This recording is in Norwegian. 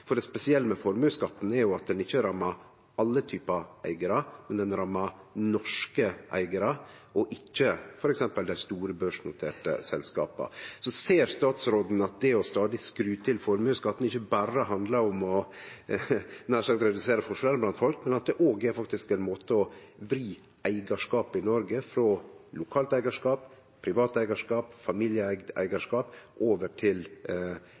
Det spesielle med formuesskatten er at han ikkje rammar alle typar eigarar: Han rammar norske eigarar, og ikkje f.eks. dei store børsnoterte selskapa. Ser statsråden at det å stadig skru til formuesskatten ikkje berre handlar om – nær sagt – å redusere forskjellane blant folk, men at det òg faktisk er ein måte å vri eigarskapen i Noreg på, frå lokalt eigarskap, privat eigarskap og familieeigd eigarskap og over til